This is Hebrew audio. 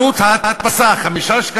עלות ההדפסה היא 5 שקלים,